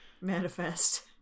Manifest